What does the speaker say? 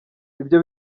ibyo